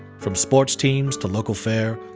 from sports teams to local fair,